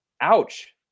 Ouch